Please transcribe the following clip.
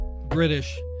british